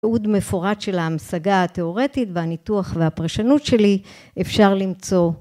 תיעוד מפורט של ההמשגה התיאורטית והניתוח והפרשנות שלי אפשר למצוא